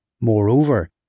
Moreover